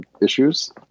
issues